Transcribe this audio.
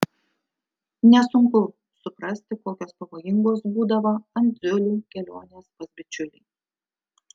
nesunku suprasti kokios pavojingos būdavo andziulių kelionės pas bičiulį